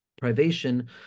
privation